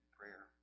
prayer